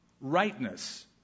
Rightness